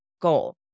goal